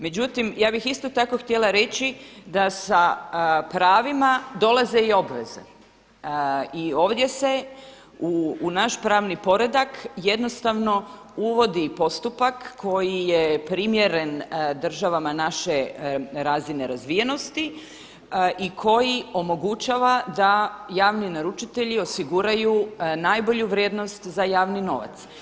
Međutim ja bih isto tak htjela reći da sa pravima dolaze i obveze i ovdje se u naš pravni poredak jednostavno uvodi postupak koji je primjeren državama naše razine razvijenosti i koji omogućava da javni naručitelji osiguraju najbolju vrijednost za javni novac.